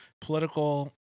political